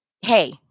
hey